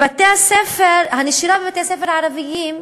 הנשירה בבתי-הספר הערביים,